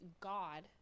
God